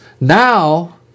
now